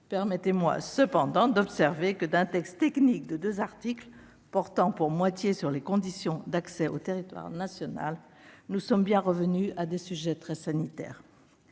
Permettez-moi cependant d'observer que, d'un texte technique de deux articles, portant pour moitié sur les conditions d'accès au territoire national, nous sommes bien revenus à des sujets très sanitaires.